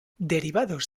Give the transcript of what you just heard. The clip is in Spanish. derivados